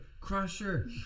Crusher